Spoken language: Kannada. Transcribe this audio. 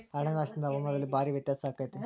ಅರಣ್ಯನಾಶದಿಂದ ಹವಾಮಾನದಲ್ಲಿ ಭಾರೇ ವ್ಯತ್ಯಾಸ ಅಕೈತಿ